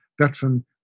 veteran